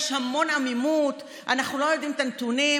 יש המון עמימות, אנחנו לא יודעים את הנתונים.